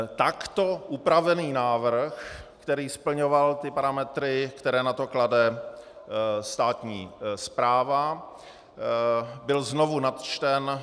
Takto upravený návrh, který splňoval ty parametry, které na to klade státní správa, byl znovu načten.